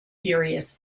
furious